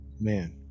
man